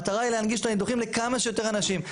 המטרה היא להנגיש את הניתוחים לכמה שיותר אנשים.